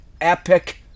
epic